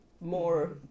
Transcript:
more